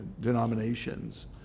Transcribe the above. denominations